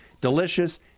delicious